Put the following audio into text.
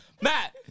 Matt